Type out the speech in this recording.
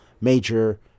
major